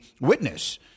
witness